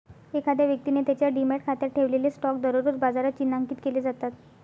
एखाद्या व्यक्तीने त्याच्या डिमॅट खात्यात ठेवलेले स्टॉक दररोज बाजारात चिन्हांकित केले जातात